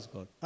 God